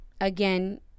again